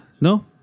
no